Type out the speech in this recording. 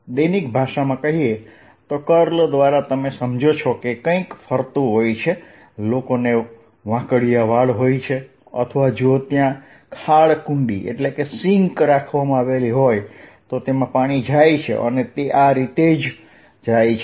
દૈનિક ભાષામાં કર્લ દ્વારા તમે સમજો છો કે કંઈક ફરતું હોય છે લોકોને વાંકડિયા વાળ હોય છે અથવા જો ત્યાં ખાળકુંડી રાખવામાં આવેલી હોય તો તેમાં પાણી જાય છે અને તે આ રીતે જ જાય છે